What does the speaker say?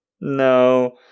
no